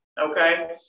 Okay